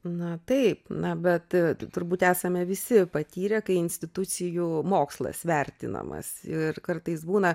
na taip na bet turbūt esame visi patyrę kai institucijų mokslas vertinamas ir kartais būna